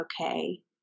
okay